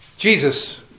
Jesus